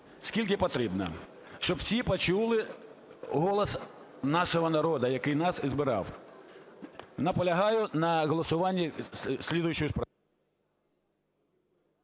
скільки потрібно, щоб всі почули голос нашого народу, який нас обирав. Наполягаю на голосуванні